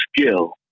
skill